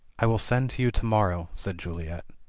i will send to you to-morrow, said juliet.